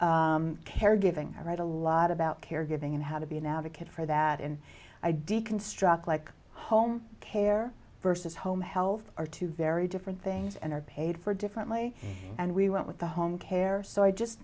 write a lot about caregiving and how to be an advocate for that in i deconstruct like home care versus home health are two very different things and are paid for differently and we went with the home care so i just